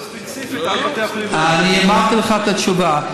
אבל ספציפית, אני אמרתי לך את התשובה.